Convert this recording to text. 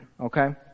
okay